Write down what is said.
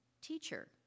teacher